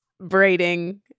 braiding